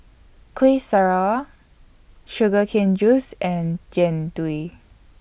Kuih Syara Sugar Cane Juice and Jian Dui